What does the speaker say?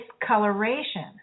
discoloration